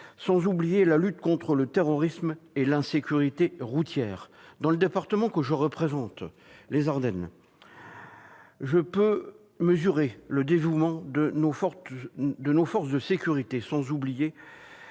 sans oublier la lutte contre le terrorisme et l'insécurité routière. Dans le département que je représente, les Ardennes, je puis mesurer le dévouement de nos forces de sécurité, sans oublier